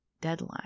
deadline